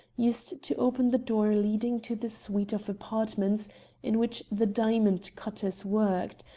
used to open the door leading to the suite of apartments in which the diamond cutters worked,